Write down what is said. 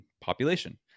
population